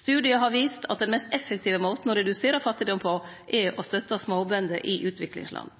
Studiar har vist at den mest effektive måten å redusere fattigdom på, er å støtte småbønder i utviklingsland.